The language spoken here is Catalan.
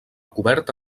cobert